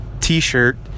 t-shirt